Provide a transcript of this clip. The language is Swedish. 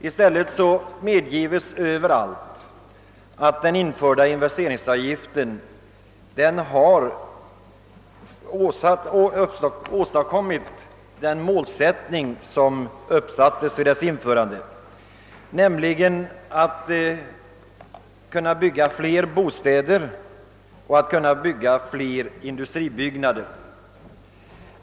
I stället medges det överallt att investeringsavgiften haft den effekt som man avsåg, nämligen att göra det möjligt att bygga fler bostäder och fler industrilokaler.